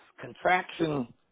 contraction